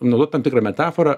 naudot tam tikrą metaforą